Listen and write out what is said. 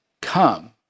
come